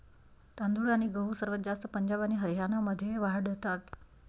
तांदूळ आणि गहू सर्वात जास्त पंजाब आणि हरियाणामध्ये वाढतात